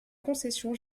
concession